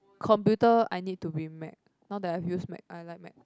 computer I need to be Mac not that I used Mac I like Mac